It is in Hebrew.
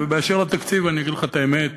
באשר לתקציב, אני אגיד לך את האמת: